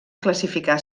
classificar